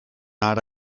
ara